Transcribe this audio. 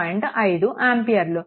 5 ఆంపియర్లు వస్తుంది